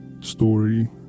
story